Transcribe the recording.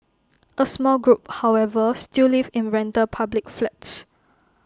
A small group however still live in rental public flats